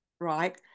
right